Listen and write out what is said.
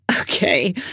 Okay